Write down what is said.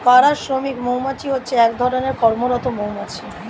পাড়া শ্রমিক মৌমাছি হচ্ছে এক ধরণের কর্মরত মৌমাছি